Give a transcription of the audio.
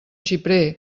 xiprer